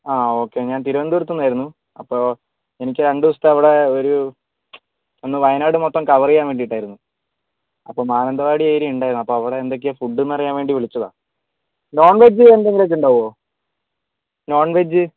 ആഹ് okay ഞാൻ തിരുവനന്തപുരത്തു നിന്ന് ആയിരുന്നു അപ്പോൾ എനിക്ക് രണ്ട് ദിവസത്തെ അവിടെ ഒരു ഒന്ന് വയനാട് മൊത്തം കവർ ചെയ്യാൻ വേണ്ടിയിട്ടായിരുന്നു അപ്പോൾ മാനന്തവാടി ഏരിയ ഉണ്ടായിരിന്നു അപ്പോൾ അവിടെ എന്തൊക്കെയാ ഫുഡ് എന്നറിയാൻ വേണ്ടി വിളിച്ചതാണ് നോൺ വെജ് എന്തെങ്കിലും ഒക്കെ ഉണ്ടാകുമോ നോൺവെജ്